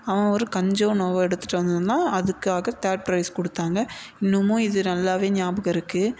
அவன் ஒரு கஞ்சோ என்னமோ எடுத்துட்டு வந்திருந்தான் அதுக்காக தேர்ட் ப்ரைஸ் கொடுத்தாங்க இன்னுமும் இது நல்லாவே ஞாபகம் இருக்குது